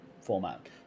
Format